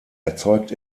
erzeugt